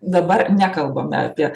dabar nekalbame apie